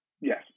Yes